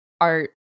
art